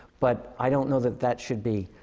but i don't know that that should be